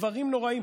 דברים נוראיים.